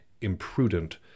imprudent